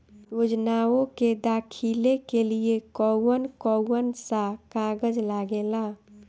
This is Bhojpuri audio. योजनाओ के दाखिले के लिए कौउन कौउन सा कागज लगेला?